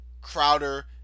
Crowder